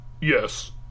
yes